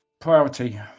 priority